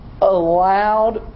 allowed